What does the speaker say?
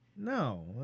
No